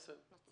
בסדר.